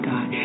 God